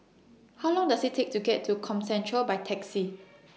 How Long Does IT Take to get to Comcentre By Taxi